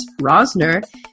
Rosner